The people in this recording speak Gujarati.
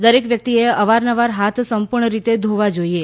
દરેક વ્યક્તિએ અવારનવાર હાથ સંપૂર્ણ રીતે ધોવા જોઈએ